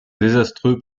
désastreux